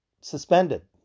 suspended